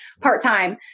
part-time